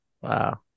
Wow